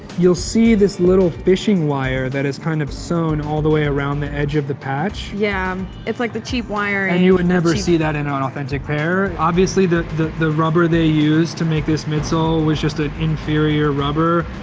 you'll see this little fishing wire that is kind of sewn all the way around the edge of the patch. yeah, it's like the cheap wiring. and you would never see that in ah an authentic pair. obviously, the the rubber they used to make this midsole was just an inferior rubber,